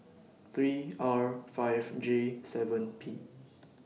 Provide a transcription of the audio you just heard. three R five J seven P